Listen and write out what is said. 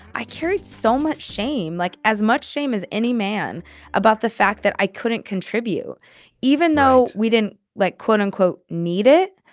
i carried so much shame, like as much shame as any man about the fact that i couldn't contribute even though we didn't like, quote unquote, need it,